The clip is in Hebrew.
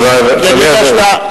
תודה, אדוני היושב-ראש.